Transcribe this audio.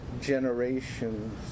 generations